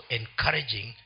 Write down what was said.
encouraging